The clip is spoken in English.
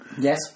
Yes